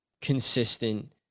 consistent